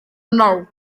mrawd